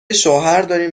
شوهرداریم